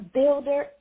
Builder